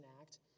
Act